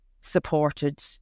supported